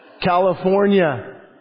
California